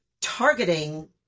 targeting